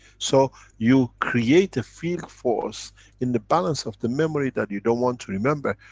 so you create a field force in the balance of the memory that you don't want to remember.